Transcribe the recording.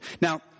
Now